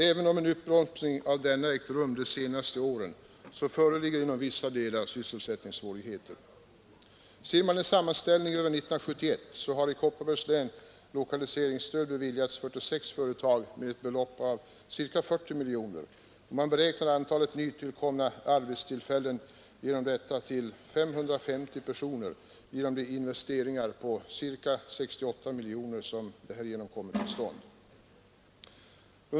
Även om en uppbromsning av denna ägt rum de senaste åren, så föreligger inom vissa delar sysselsättningssvårigheter. Enligt en sammanställning över 1971 har i Kopparbergs län lokaliseringsstöd beviljats 46 företag med ett belopp av ca 40 miljoner, och man beräknar att 550 personer beretts arbetstillfällen genom de investeringar på ca 68 miljoner som härigenom kommit till stånd.